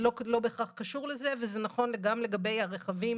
זה לא בהכרח קשור לזה וזה נכון גם לגבי הרכבים